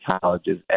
Colleges